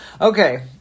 Okay